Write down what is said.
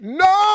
no